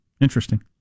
Interesting